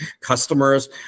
customers